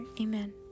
Amen